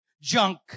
junk